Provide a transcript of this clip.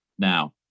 Now